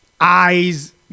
eyes